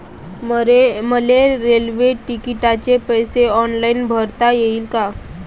मले रेल्वे तिकिटाचे पैसे ऑनलाईन भरता येईन का?